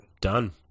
Done